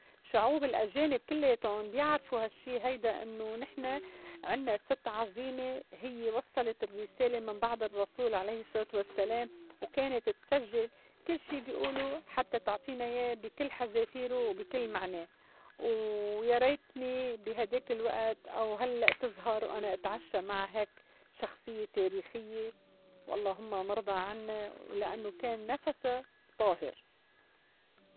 شعوب الأجانب كلّياتُن بيعرفو هالشّي هيدا إنّو نحن عنّا ست عظيمة هيّ وصّلت الرّسالة من بعد الرّسول عليه الصّلاة والسّلام وكانت تسجّل كل شي بيقولو حتّى تعطينا إياه بي كل حذافيره وبي كل معنا و ويا ريتني بهيديك الوقت أو هلّأ تظهر وأنا اتعشّى مع هيك شخصيّة تاريخيّة واللّهم رضى عنّا ولإنّو كان نَفَسا طاهر.